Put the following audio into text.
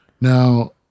Now